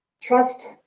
Trust